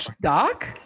Doc